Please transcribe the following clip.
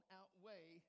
outweigh